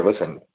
listen